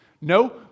No